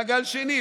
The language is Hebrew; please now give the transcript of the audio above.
בא גל שני,